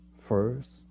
first